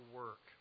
work